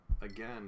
again